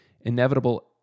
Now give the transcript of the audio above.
inevitable